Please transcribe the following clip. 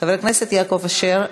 חבר הכנסת יעקב אשר,